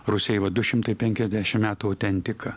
rūsiai va du šimtai penkiasdešimt metų autentika